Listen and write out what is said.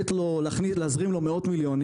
להזרים לו מאות מיליונים,